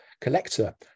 collector